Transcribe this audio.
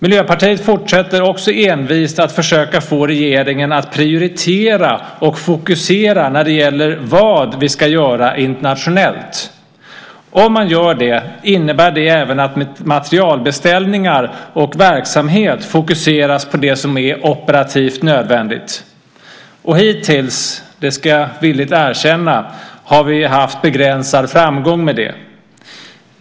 Miljöpartiet fortsätter också envist att försöka få regeringen att prioritera och fokusera när det gäller vad vi ska göra internationellt. Om man gör det så innebär det även att materielbeställningar och verksamhet fokuseras på det som är operativt nödvändigt. Hittills - det ska jag villigt erkänna - har vi haft begränsad framgång med det.